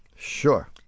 Sure